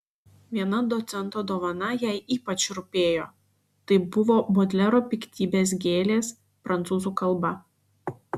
viena docento dovana jai ypač rūpėjo tai buvo bodlero piktybės gėlės prancūzų kalba